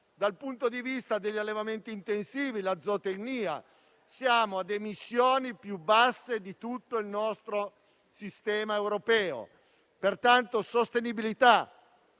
dal punto di vista degli allevamenti intensivi, la zootecnia, siamo ad emissioni più basse rispetto a tutto il sistema europeo. Pertanto, sostenibilità,